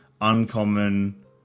uncommon